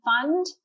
fund